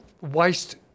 waste